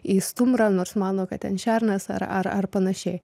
į stumbrą nors mano kad ten šernas ar ar ar panašiai